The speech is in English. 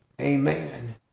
Amen